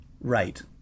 Right